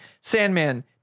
Sandman